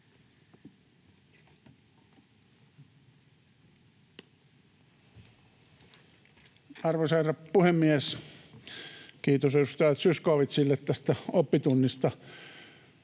Arvoisa herra puhemies! Kiitos edustaja Zyskowiczille tästä oppitunnista.